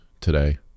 today